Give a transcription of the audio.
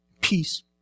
Peace